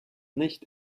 nicht